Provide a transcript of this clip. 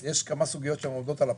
יש כמה סוגיות שעומדות על הפרק,